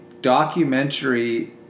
documentary